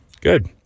Good